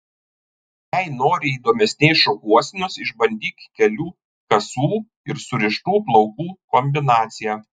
jei nori įdomesnės šukuosenos išbandyk kelių kasų ir surištų plaukų kombinaciją